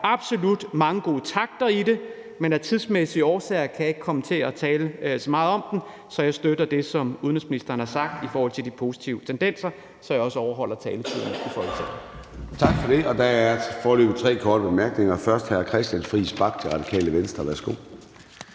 Der er absolut mange gode takter i det, men af tidsmæssige årsager kan jeg ikke komme til at tale så meget om dem, så jeg støtter det, som udenrigsministeren har sagt i forhold til de positive tendenser, så jeg også overholder taletiden i Folketinget. Kl. 23:23 Formanden (Søren Gade): Tak for det. Der er foreløbig tre korte bemærkninger, og først er det hr. Christian Friis Bach, Radikale Venstre. Værsgo.